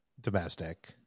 domestic